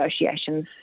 negotiations